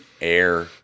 Air